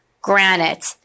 granite